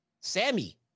Sammy